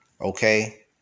okay